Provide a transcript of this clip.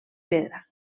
pedra